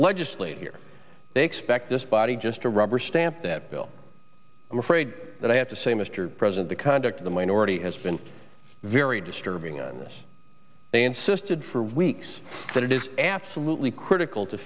legislator they expect this body just to rubber stamp that bill i'm afraid that i have to say mr president the conduct of the minority has been very disturbing on this they insisted for weeks that it is absolutely critical to